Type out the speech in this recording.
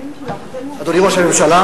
אדוני ראש הממשלה,